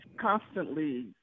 constantly